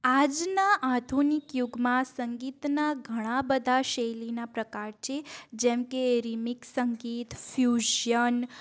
આજના આધુનિક યુગમાં સંગીતના ઘણા બધા શૈલી પ્રકાર છે જેમ કે રિમિક્સ સંગીત ફ્યુઝિઅન